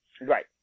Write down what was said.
Right